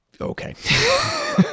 Okay